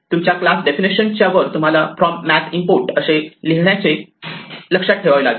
तुमच्या class definition च्या वर तुम्हाला फ्रॉम मॅथ इम्पोर्ट असे लिहिण्याचे लक्षात ठेवावे लागेल